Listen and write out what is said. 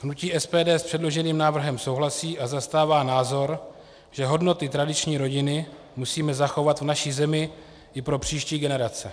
Hnutí SPD s předloženým návrhem souhlasí a zastává názor, že hodnoty tradiční rodiny musíme zachovat v naší zemi i pro příští generace.